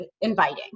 inviting